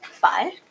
Five